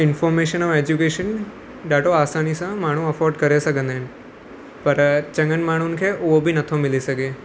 information ऐं education ॾाढो आसानी सां माण्हू अफॉर्ड करे सघंदा आहिनि पर चङनि माण्हुनि खे उहो बि नथो मिली सघे